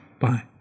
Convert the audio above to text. Bye